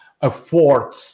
afford